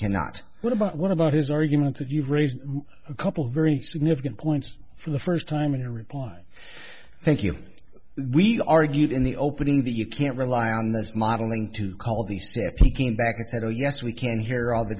cannot what about what about his argument that you've raised a couple of very significant points for the first time in a reply thank you we argued in the opening the you can't rely on those modeling to call the see if he came back and said oh yes we can hear all the